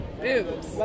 boobs